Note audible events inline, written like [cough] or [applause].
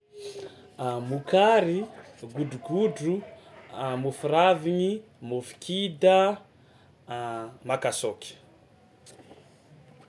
A mokary, godrogodro, a môfo ravigny, môfo kida, [hesitation] makasaoky.